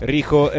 Rico